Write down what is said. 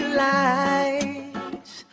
lights